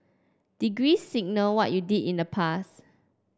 degree signal what you did in the past